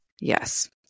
Yes